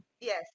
Yes